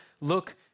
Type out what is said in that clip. look